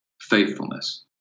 faithfulness